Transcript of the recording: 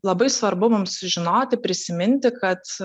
labai svarbu mums sužinoti prisiminti kad